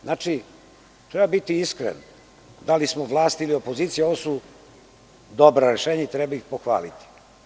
Znači, treba biti iskren, bilo da smo vlast ili opozicija, ovo su dobra rešenja i treba ih pohvaliti.